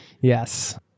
Yes